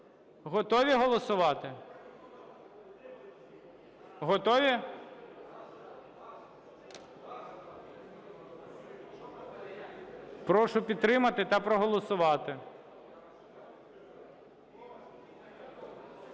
Готові голосувати? Готові? Прошу підтримати та проголосувати.